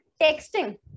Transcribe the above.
texting